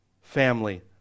family